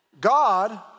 God